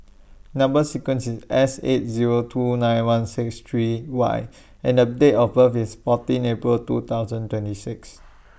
Number sequence IS S eight Zero two nine one six three Y and The Date of birth IS fourteen April two thousand twenty six